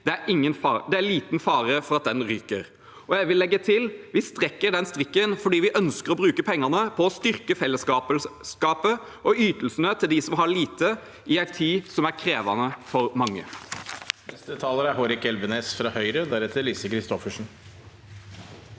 Det er liten fare for at den ryker.» Jeg vil legge til at vi strekker den strikken fordi vi ønsker å bruke pengene på å styrke fellesskapet og ytelsene til dem som har lite, i en tid som er krevende for mange.